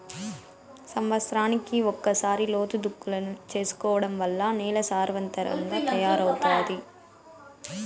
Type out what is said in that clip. సమత్సరానికి ఒకసారి లోతు దుక్కులను చేసుకోవడం వల్ల నేల సారవంతంగా తయారవుతాది